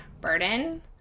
burden